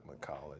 College